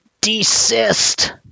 desist